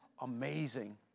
amazing